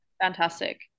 fantastic